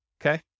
okay